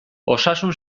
osasun